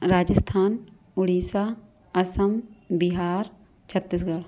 Rajasthan Orissa Assam Bihar Chhattisgarh